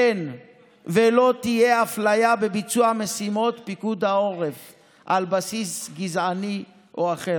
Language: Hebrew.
אין ולא תהיה אפליה בביצוע משימות פיקוד העורף על בסיס גזעני או אחר.